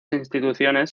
instituciones